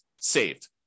saved